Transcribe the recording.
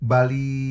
Bali